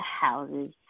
houses